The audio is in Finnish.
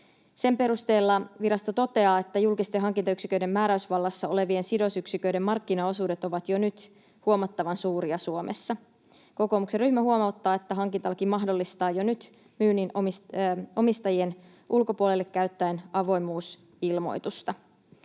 Sen perusteella virasto toteaa, että julkisten hankintayksiköiden määräysvallassa olevien sidosyksiköiden markkinaosuudet ovat jo nyt huomattavan suuria Suomessa. Kokoomuksen ryhmä huomauttaa, että hankintalaki mahdollistaa jo nyt myynnin omistajien ulkopuolelle käyttäen avoimuusilmoitusta.